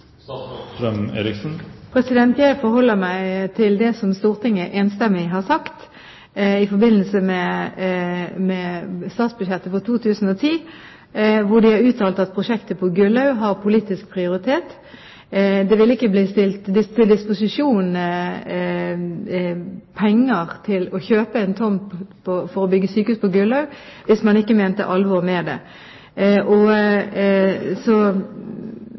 Jeg forholder meg til det som Stortinget enstemmig har sagt i forbindelse med statsbudsjettet for 2010, hvor de har uttalt at prosjektet på Gullaug har politisk prioritet. Det ville ikke blitt stilt til disposisjon penger til kjøp av en tomt for å bygge sykehus på Gullaug hvis man ikke mente alvor med det.